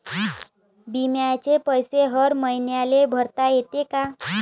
बिम्याचे पैसे हर मईन्याले भरता येते का?